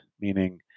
meaning